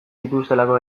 dituztelako